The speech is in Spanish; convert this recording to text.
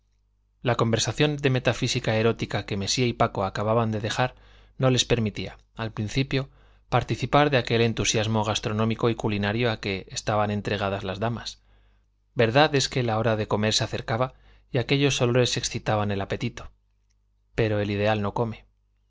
la conversación de metafísica erótica que mesía y paco acababan de dejar no les permitía al principio participar de aquel entusiasmo gastronómico y culinario a que estaban entregadas las damas verdad es que la hora de comer se acercaba y aquellos olores excitaban el apetito pero el ideal no come